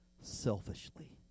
selfishly